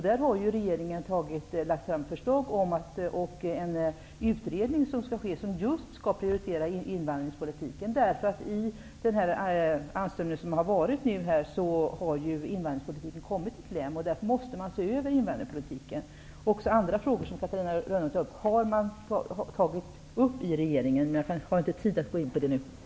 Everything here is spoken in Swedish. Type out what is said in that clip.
Där har regeringen lagt fram förslag och tillsatt en utredning som just skall prioritera invandringspolitiken. I den anstormning som nu har varit har invandringspolitiken kommit i kläm. Därför måste den ses över. Också andra frågor, som Catarina Rönnung nämnde, har tagits upp av regeringen. Men jag har inte tid att gå in på dessa nu.